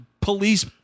police